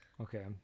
okay